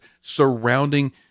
surrounding